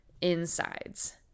insides